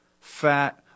fat